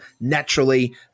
naturally